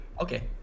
Okay